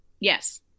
Yes